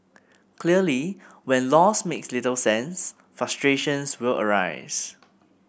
clearly when laws make little sense frustrations will arise